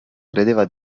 credeva